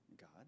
God